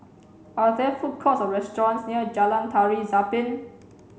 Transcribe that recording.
are there food courts or restaurants near Jalan Tari Zapin